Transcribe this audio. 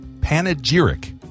Panegyric